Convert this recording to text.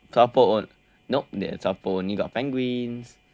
no south pole nope south pole only got penguins